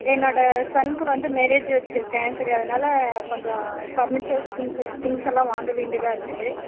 என்னோட சன்க்கு வந்து மேரேஜு வச்சிருக்கேன் சரி அதனால கொஞ்சம் ஃபர்னீச்சர்ஸ் திங்க்கு திங்க்ஸெல்லாம் வாங்க வேண்டியதாக இருக்கு